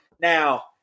Now